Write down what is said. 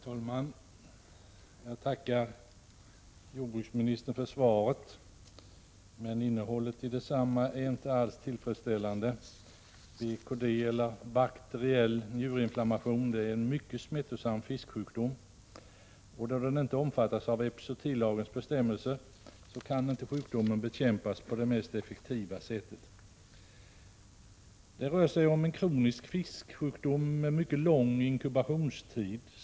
Herr talman! Jag tackar jordbruksministern för svaret, men innehållet i detsamma är inte alls tillfredsställande. BKD, eller bakteriell njurinflammation, är en mycket smittsam fisksjukdom, men då den inte omfattas av epizootilagens bestämmelser kan sjukdomen inte bekämpas på det mest effektiva sättet. Det rör sig om en kronisk fisksjukdom med mycket lång inkubationstid.